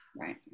right